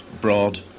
broad